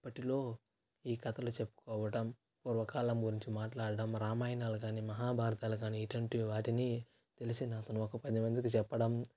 అప్పటిలో ఈ కథలు చెప్పుకోవటం పూర్వకాలం గురించి మాట్లాడడం రామాయణాలు కానీ మహాభారతాలు కానీ ఇటువంటి వాటిని తెలిసిన ఒక పది మందికి చెప్పడం